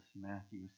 Matthew